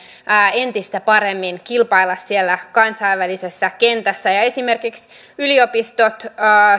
entistä paremmin kilpailla siellä kansainvälisessä kentässä ja esimerkiksi yliopistot ja